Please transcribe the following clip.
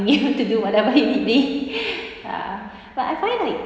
for you to do whatever he need ya but I find like